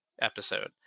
episode